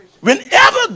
Whenever